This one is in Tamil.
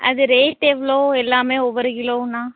அது ரேட் எவ்வளோ எல்லாமே ஒவ்வொரு கிலோன்னால்